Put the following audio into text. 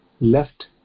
left